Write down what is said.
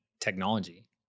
technology